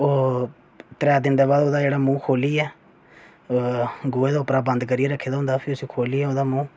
ओह् त्रैऽ दिन दे बाद ओह्दा मूंह् खोह्ल्लियै गोहे दे उप्परा बंद करियै रक्खे दा होंदा फ्ही उसी खोह्ल्लियै ओह्दा मूंह्